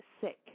sick